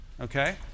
okay